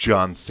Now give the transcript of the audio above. John